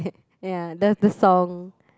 ya that's the song